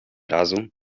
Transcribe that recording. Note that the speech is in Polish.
razu